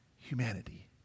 humanity